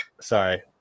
sorry